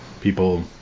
People